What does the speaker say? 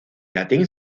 latín